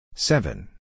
Seven